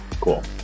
cool